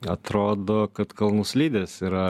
atrodo kad kalnų slidės yra